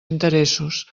interessos